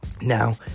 now